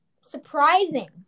surprising